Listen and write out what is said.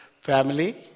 family